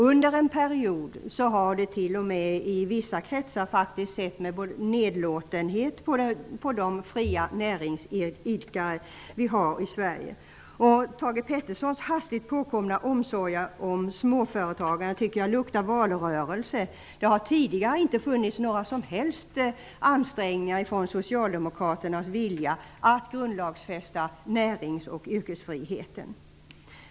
Under en period har man i vissa kretsar faktiskt sett med nedlåtenhet på de fria näringsidkare vi har i Sverige. Thage G Petersons hastigt påkomna omsorg om småföretagare luktar valrörelse. Tidigare har socialdemokraterna inte visat någon som helst vilja att grundlagsfästa närings och yrkesfriheten.